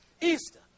Easter